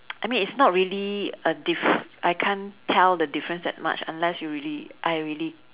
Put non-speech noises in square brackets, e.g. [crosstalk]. [noise] I mean it's not really a diff~ I can't tell the difference that much unless you really I really